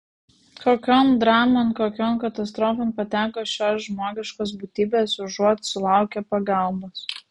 kokion dramon kokion katastrofon pateko šios žmogiškos būtybės užuot sulaukę pagalbos